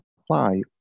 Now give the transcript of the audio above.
apply